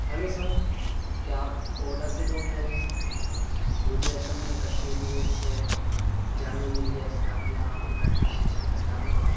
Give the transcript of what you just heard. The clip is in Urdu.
ہیلو سر کیا آپ اولا سے بول رہے ہیں مجھے اصل میں کشمیری گیٹ سے جامعہ ملیہ اسلامیہ میٹرو اسٹیشن تک جانا تھا